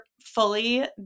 fully